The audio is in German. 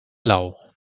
lau